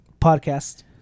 podcast